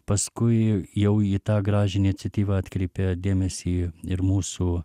paskui jau į tą gražią iniciatyvą atkreipė dėmesį ir mūsų